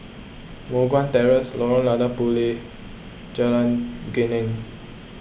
Moh Guan Terrace Lorong Lada Puteh Jalan Geneng